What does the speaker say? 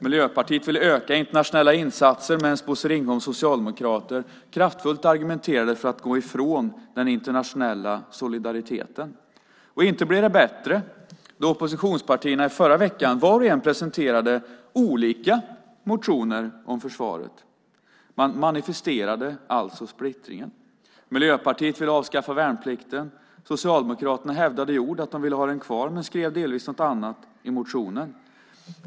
Miljöpartiet ville öka internationella insatser medan Bosse Ringholms socialdemokrater kraftfullt argumenterade för att gå ifrån den internationella solidariteten. Inte blev det bättre när oppositionspartierna i förra veckan vart och ett presenterade olika motioner om försvaret. Man manifesterade alltså splittringen. Miljöpartiet ville avskaffa värnplikten. Socialdemokraterna hävdade i ord att de ville ha den kvar men skrev delvis något annat i motionen.